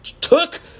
took